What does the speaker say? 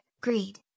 greed